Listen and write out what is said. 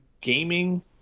gaming